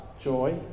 joy